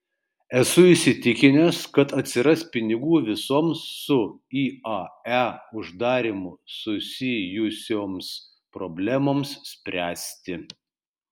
esu įsitikinęs kad atsiras pinigų visoms su iae uždarymu susijusioms problemoms spręsti